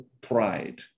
pride